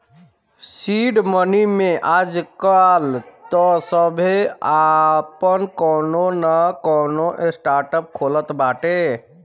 seed money में आजकाल तअ सभे आपन कवनो नअ कवनो स्टार्टअप खोलत बाटे